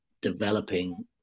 developing